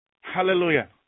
Hallelujah